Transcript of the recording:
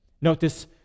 Notice